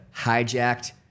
hijacked